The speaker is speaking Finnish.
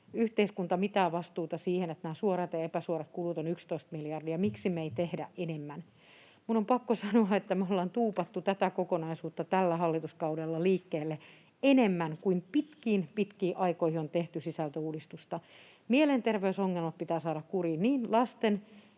yhteiskunta mitään vastuuta siitä, että nämä suorat ja epäsuorat kulut ovat 11 miljardia, ja miksi me ei tehdä enemmän. Minun on pakko sanoa, että me ollaan tuupattu tätä kokonaisuutta tällä hallituskaudella liikkeelle enemmän kuin pitkiin, pitkiin aikoihin on tehty sisältöuudistusta. Mielenterveysongelmat pitää saada kuriin niin lasten